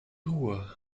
ruhe